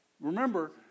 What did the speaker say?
Remember